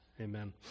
amen